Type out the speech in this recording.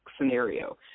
scenario